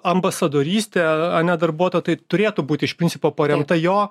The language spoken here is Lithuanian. ambasadorystė ane darbuotojai taip turėtų būti iš principo paremta jo